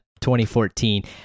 2014